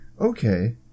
okay